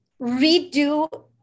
redo